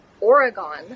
Oregon